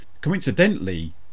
Coincidentally